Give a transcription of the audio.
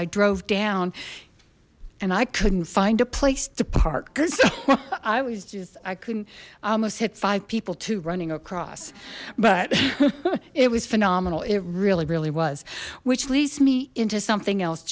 i drove down and i couldn't find a place to park because i was i couldn't i almost hit five people to running across but it was phenomenal it really really was which leads me into something else